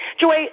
Joy